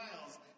miles